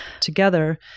together